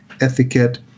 etiquette